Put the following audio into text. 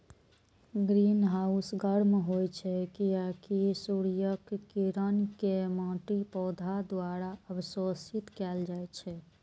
greenhouse गर्म होइ छै, कियैकि सूर्यक किरण कें माटि, पौधा द्वारा अवशोषित कैल जाइ छै